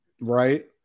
right